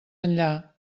enllà